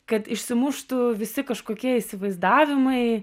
kad išsimuštų visi kažkokie įsivaizdavimai